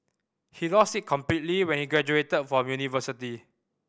he lost it completely when he graduated from university